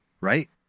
Right